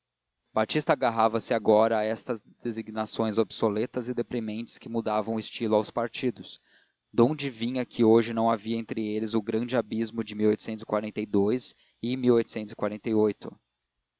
luzias batista agarrava-se agora a estas designações obsoletas e deprimentes que mudavam o estilo aos partidos donde vinha que hoje não havia entre eles o grande abismo de em